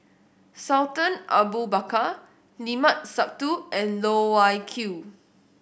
Sultan Abu Bakar Limat Sabtu and Loh Wai Kiew